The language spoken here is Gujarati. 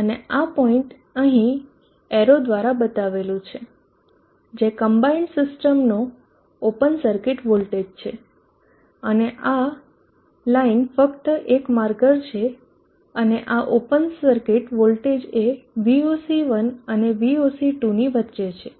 અને આ પોઈન્ટ અહીં એરો દ્વારા બતાવેલું છે જે કમ્બાઈન્ડ સિસ્ટમ નો ઓપન સર્કિટ વોલ્ટેજ છે અને આ લાઇન ફક્ત એક માર્કર છે અને આ ઓપન સર્કિટ વોલ્ટેજ એ VOC1 અને VOC2 ની વચ્ચે છે